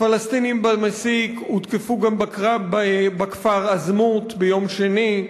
פלסטינים במסיק הותקפו גם בכפר עזמוט ביום שני,